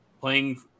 playing